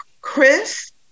Chris